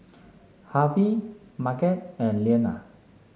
Harvy Marget and Leanna